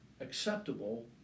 acceptable